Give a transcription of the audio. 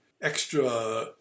extra